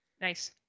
Nice